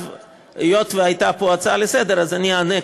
היות שהייתה פה הצעה לסדר-היום אז אני אענה,